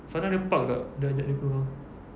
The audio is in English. sana ada parks tak boleh ajak dia keluar